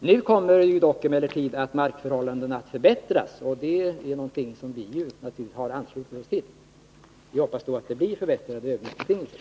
Nu kommer emellertid markförhållandena att förbättras, och det är givetvis någonting som vi har anslutit oss till. Vi hoppas då att det blir förbättrade övningsbetingelser.